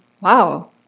wow